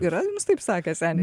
yra jums taips sakę